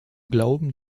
glauben